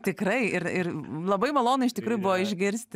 tikrai ir ir labai malonu iš tikrųjų buvo išgirsti